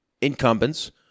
incumbents